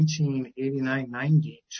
1989-90